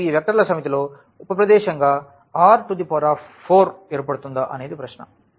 కాబట్టి ఇప్పుడు ఈ వెక్టర్ల సమితిలో ఉప ప్రదేశంగా R4 ఏర్పడుతుందా అనేది ప్రశ్న